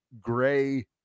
gray